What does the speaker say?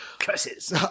Curses